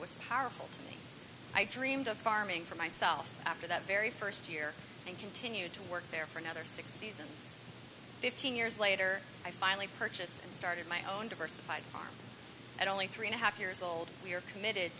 was powerful to me i dreamed of farming for myself after that very first year and continued to work there for another six seasons fifteen years later i finally purchased and started my own diversified farm at only three and a half years old we are committed